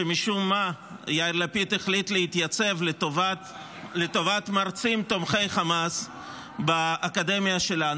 שמשום מה יאיר לפיד החליט להתייצב לטובת מרצים תומכי חמאס באקדמיה שלנו.